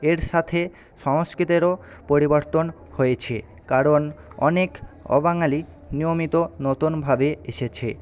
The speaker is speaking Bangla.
এর সাথে সংস্কৃতেরও পরিবর্তন হয়েছে কারণ অনেক অবাঙালি নিয়মিত নতুনভাবে এসেছে